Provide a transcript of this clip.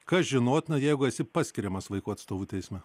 kas žinotina jeigu esi paskiriamas vaikų atstovu teisme